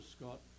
Scott